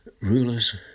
rulers